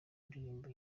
indirimbo